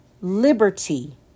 liberty